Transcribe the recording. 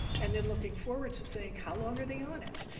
and then looking forward to saying how long are they on it?